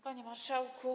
Panie Marszałku!